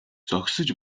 зогсож